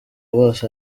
bose